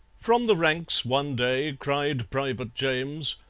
from the ranks, one day, cried private james,